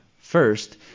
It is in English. First